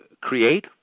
create